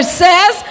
says